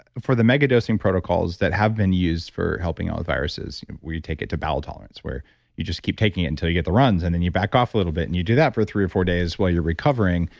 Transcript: for the mega dosing protocols that have been used for helping all the viruses, where you take it to bowel tolerance, where you just keep taking it until you get the runs, and then you back off a little bit and you do that for three or four days while you're recovering.